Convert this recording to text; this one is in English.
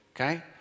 Okay